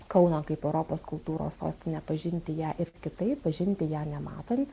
kauną kaip europos kultūros sostinę pažinti ją ir kitaip pažinti ją nematant